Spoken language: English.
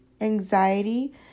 anxiety